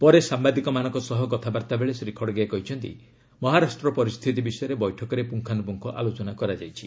ପରେ ସାମ୍ବାଦିକମାନଙ୍କ ସହ କଥାବାର୍ତ୍ତାବେଳେ ଶ୍ରୀ ଖଡ୍ଗେ କହିଛନ୍ତି ମହାରାଷ୍ଟ୍ର ପରିସ୍ଥିତି ବିଷୟରେ ବୈଠକରେ ପୁଙ୍ଗାନୁପୁଙ୍ଗ ଆଲୋଚନା ହୋଇଛି